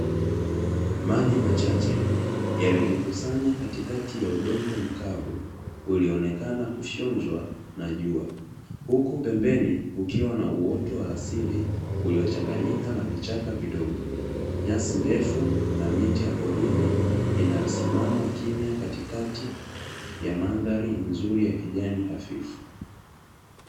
Maji machache yaliyojikusanya katikati ya udongo mkavu ulionekana kufyonzwa na jua, huku pembeni ukiwa na uoto wa asili uliochanganyika na vichaka vidogo, nyasi ndefu na miti ya porini inayosimama kimya katikati ya mandhari nzuri ya kijani hafifu.